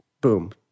Boom